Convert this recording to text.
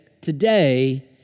today